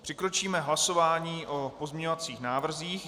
Přikročíme k hlasování o pozměňovacích návrzích.